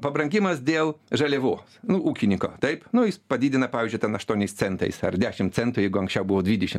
pabrangimas dėl žaliavos nu ūkininko taip nu jis padidina pavyzdžiui ten aštuoniais centais ar dešim centų jeigu anksčiau buvo dvidešim